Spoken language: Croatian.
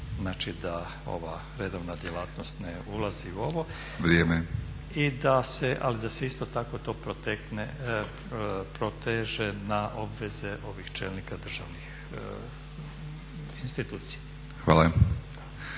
Znači da ova redovna djelatnost ne ulazi u ovo, ali da se isto tako to proteže na obveze ovih čelnika državnih institucija.